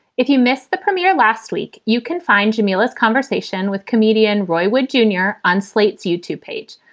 if you missed the premiere last week, you can find cumulous conversation with comedian roy wood junior on slate's youtube page.